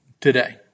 today